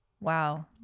Wow